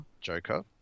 Joker